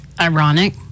ironic